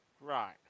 Right